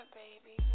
baby